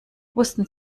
wussten